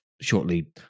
shortly